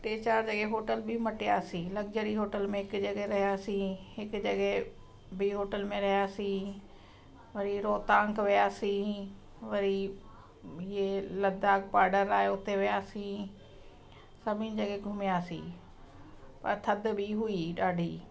टे चारि जॻह होटल बि मटियासीं लग्जरी होटल में हिकु जॻह रहियासी हिकु जॻह ॿिए होटल में रहियासी वरी रोहतांग वियासीं वरी ईअं लद्दाख़ बाडर आहे उते वियासीं सभिनि जॻह घुमयासीं पर थदि बि हुई ॾाढी